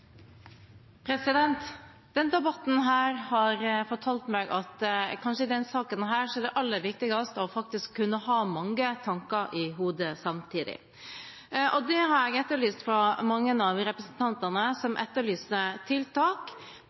debatten har fortalt meg at i denne saken er kanskje det aller viktigste å kunne ha mange tanker i hodet samtidig. Det har jeg etterlyst fra mange av representantene som etterlyser tiltak.